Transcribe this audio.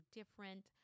different